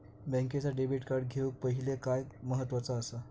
बँकेचा debit card घेउक पाहिले काय महत्वाचा असा?